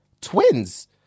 Twins